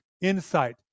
insight